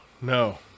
no